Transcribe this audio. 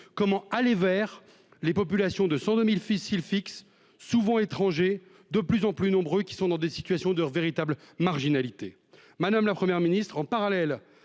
Comment aller vers les populations de 102.000 fissile fixe souvent étrangers de plus en plus nombreux qui sont dans des situations de véritables marginalité madame, la Première ministre en parallèle